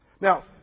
Now